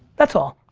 that's all.